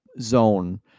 zone